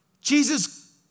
Jesus